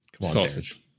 sausage